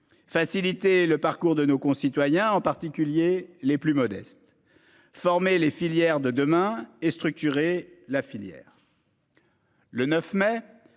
Faciliter le parcours de nos concitoyens, en particulier les plus modestes. Former les filières de demain et structurer la filière.